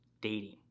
dating